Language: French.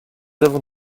avons